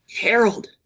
Harold